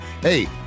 Hey